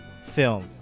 film